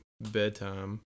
bedtime